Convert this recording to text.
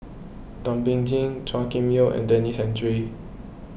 Thum Ping Tjin Chua Kim Yeow and Denis Santry